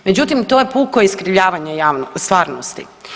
Međutim, to je puko iskrivljavanje .../nerazumljivo/... stvarnosti.